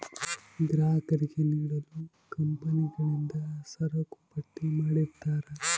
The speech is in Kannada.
ಗ್ರಾಹಕರಿಗೆ ನೀಡಲು ಕಂಪನಿಗಳಿಂದ ಸರಕುಪಟ್ಟಿ ಮಾಡಿರ್ತರಾ